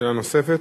שאלה נוספת?